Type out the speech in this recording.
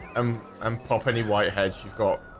um i'm pop any whitehead. she's got